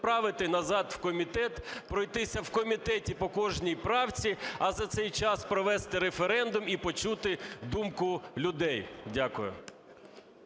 відправити назад в комітет, пройтися в комітеті по кожній правці, а за цей час провести референдум і почути думку людей. Дякую.